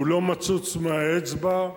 הוא לא מצוץ מהאצבע.